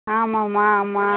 ஆமாம்மா ஆமாம்